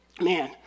Man